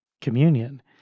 communion